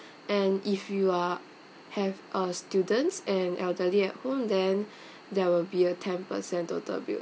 and if you are have a students and elderly at home then there will be a ten percent total bill